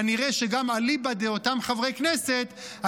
כנראה שגם אליבא דאותם חברי כנסת,